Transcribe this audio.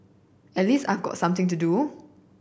at least I got something to do